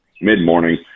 mid-morning